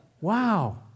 wow